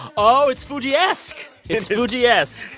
oh, it's fugee-esque. it's fugee-esque.